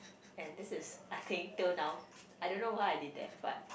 and this is a thing till now I don't know why I did that but